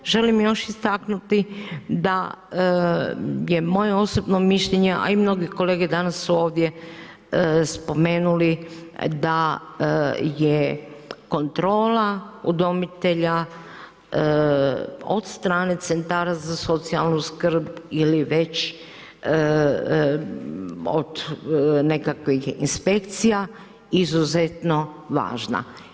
Želim još istaknuti da je moje osobno mišljenje, a i mnogi kolege danas su ovdje spomenuli da je kontrola udomitelja od strane centara za socijalnu skrb ili već od nekakvih inspekcija izuzetno važna.